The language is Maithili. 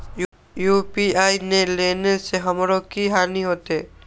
यू.पी.आई ने लेने से हमरो की हानि होते?